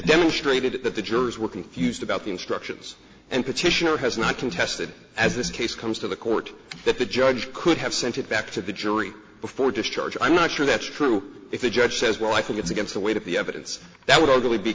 demonstrated that the jurors were confused about the instructions and petitioner has not contested as this case comes to the court that the judge could have sent it back to the jury before discharge i'm not sure that's true if the judge says well i think it's against the weight of the evidence that w